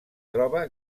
troba